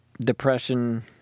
depression